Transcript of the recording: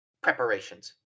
preparations